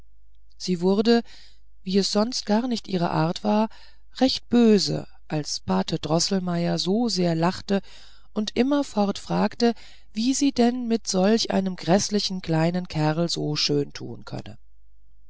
sie wurde wie es sonst gar nicht ihre art war recht böse als pate droßelmeier so sehr lachte und immerfort fragte wie sie denn mit solch einem grundhäßlichen kleinen kerl so schön tun könne